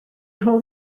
nhw